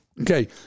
Okay